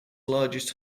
largest